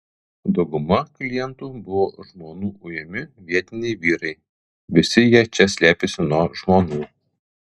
dauguma klientų buvo žmonų ujami vietiniai vyrai visi jie čia slėpėsi nuo žmonų